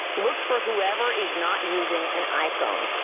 look for whoever is not using an iphone.